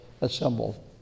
assembled